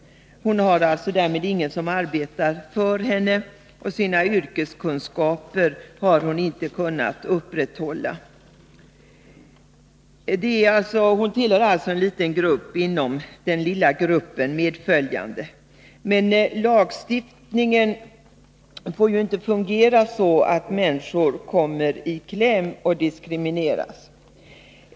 Hon hade alltså därmed ingen som arbetade för henne, och sina yrkeskunskaper har hon inte kunnat upprätthålla. Hon är en av dem som ingår i den lilla gruppen av medföljande. Lagstiftningen får inte fungera så att människor kommer i kläm och diskrimineras.